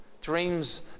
dreams